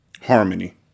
Harmony